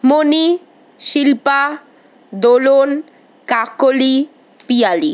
Moni Shilpa Dolon Kakoli Piyali